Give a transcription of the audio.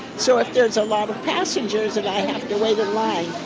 so if there's a lot of passengers and i have to wait in line,